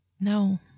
No